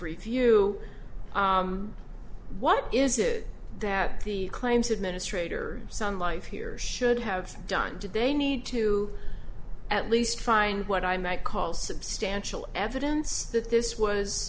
review what is it that the claims administrator sun life here should have done did they need to at least find what i might call substantial evidence that this was